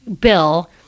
bill